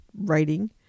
writing